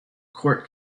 court